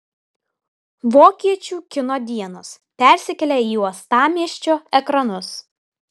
vokiečių kino dienos persikelia į uostamiesčio ekranus